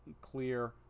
clear